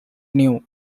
new